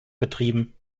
betrieben